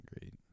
great